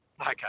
Okay